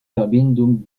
verbindung